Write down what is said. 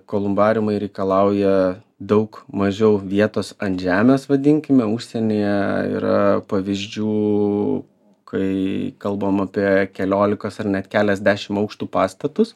kolumbariumai reikalauja daug mažiau vietos ant žemės vadinkime užsienyje yra pavyzdžių kai kalbam apie keliolikos ar net keliasdešim aukštų pastatus